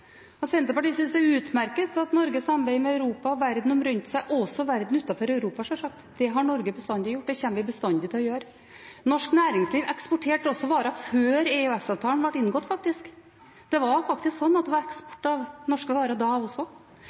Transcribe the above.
Europa. Senterpartiet synes det er utmerket at Norge samarbeider med Europa og verden rundt seg – også verden utenfor Europa, sjølsagt. Det har Norge bestandig gjort, det kommer vi bestandig til å gjøre. Norsk næringsliv eksporterte faktisk også varer før EØS-avtalen ble inngått, det var faktisk eksport av norske varer da også.